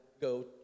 go